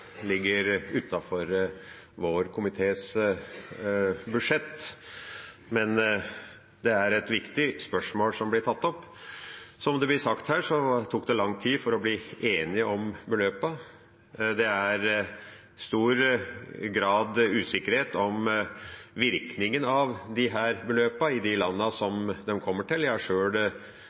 ligger utenfor vår komités budsjett, men det er et viktig spørsmål som blir tatt opp. Som det blir sagt her, tok det lang tid å bli enige om beløpene. Det er i stor grad usikkerhet om virkningen av disse beløpene i de landene de kommer til.